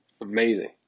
Amazing